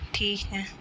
ٹھیک ہے